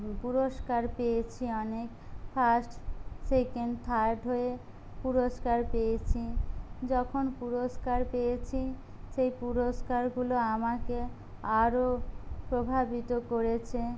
পুরস্কার পেয়েছি অনেক ফার্স্ট সেকেন্ড থার্ড হয়ে পুরস্কার পেয়েছি যখন পুরস্কার পেয়েছি সেই পুরস্কারগুলো আমাকে আরো প্রভাবিত করেছে